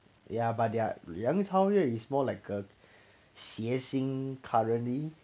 ya but their 杨超越 is more like a 谐星 currently